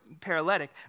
paralytic